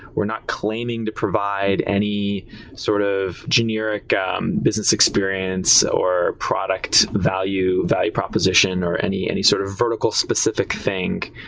we're not claiming to provide any sort of generic ah um business experience or product value, value proposition or any any sort of vertical specific thing.